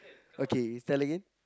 okay is telling in